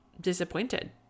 disappointed